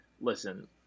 listen